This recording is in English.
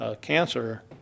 cancer